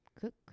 cook